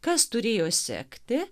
kas turėjo sekti